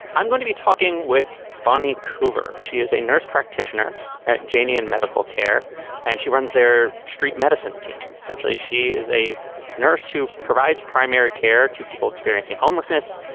i'm going to be talking with bonnie coover. she is a nurse practitioner janeen medical care and she runs their street medicine team. essentially she is a nurse who provides primary care to people experiencing homelessness.